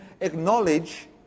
acknowledge